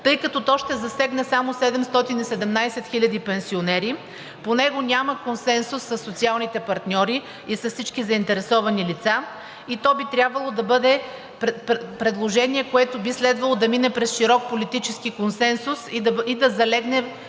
тъй като то ще засегне само 717 хиляди пенсионери. По него няма консенсус със социалните партньори и с всички заинтересовани лица. То би трябвало да бъде предложение, което би следвало да мине през широк политически консенсус и да залегне